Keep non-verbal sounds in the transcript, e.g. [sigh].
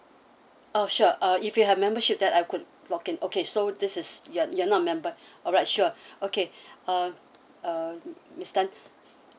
oh sure uh if you have membership that I could log in okay so this is you're you're not a member alright sure [breath] okay [breath] uh um miss tan